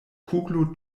kuglo